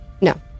No